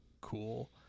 cool